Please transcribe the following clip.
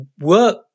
work